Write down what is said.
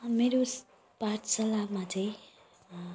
मेरो पाठशालामा चाहिँ